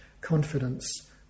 confidence